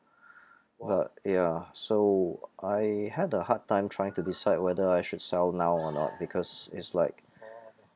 ya so I had a hard time trying to decide whether I should so now or not because is like